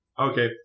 Okay